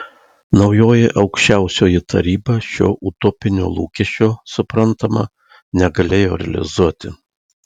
naujoji aukščiausioji taryba šio utopinio lūkesčio suprantama negalėjo realizuoti